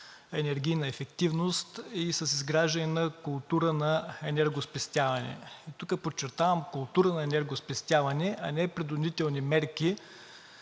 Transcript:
енергийна ефективност и с изграждане на култура на енергоспестяване. Тук подчертавам култура на енергоспестяване, а не принудителни мерки